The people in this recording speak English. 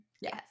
Yes